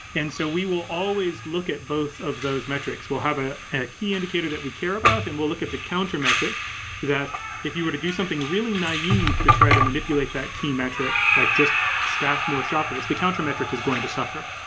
and so we will always look at both of those metrics. we'll have a key indicator that we care about and we'll look at the counter-metric that if you were to do something really naive to try to manipulate that key metric, like just staff for shoppers, the counter-metric is going to suffer.